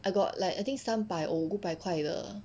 I got like I think 三百 or 五百块的